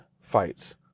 fights